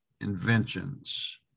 Inventions